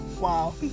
Wow